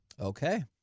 Okay